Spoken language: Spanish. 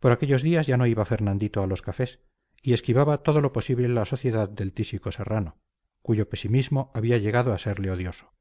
por aquellos días ya no iba fernandito a los cafés y esquivaba todo lo posible la sociedad del tísico serrano cuyo pesimismo había llegado a serle odioso